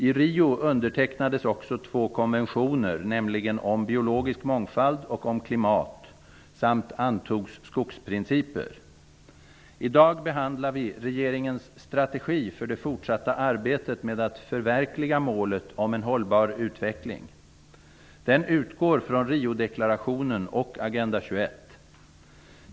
I Rio undertecknades också två konventioner, nämligen om biologisk mångfald och om klimat samt antogs skogsprinciper. I dag behandlar vi regeringens strategi för det fortsatta arbetet med att förverkliga målet om en hållbar utveckling. Den utgår från Riodeklarationen och Agenda 21.